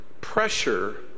pressure